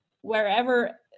wherever